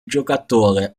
giocatore